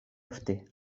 ofte